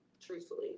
Truthfully